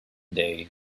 day